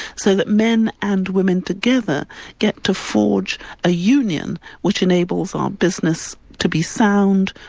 so that men and women together get to forge a union which enables our business to be sound,